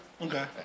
Okay